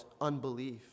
unbelief